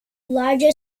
larger